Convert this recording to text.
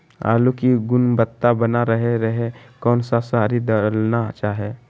आलू की गुनबता बना रहे रहे कौन सा शहरी दलना चाये?